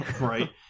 right